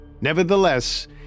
Nevertheless